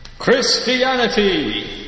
Christianity